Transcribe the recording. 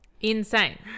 Insane